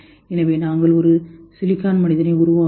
எனவே நாங்கள் ஒரு சிலிக்கான் மனிதனை உருவாக்குவோம்